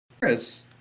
Chris